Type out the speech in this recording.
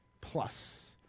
Plus